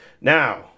Now